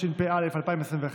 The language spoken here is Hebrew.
התשפ"א 2021,